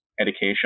education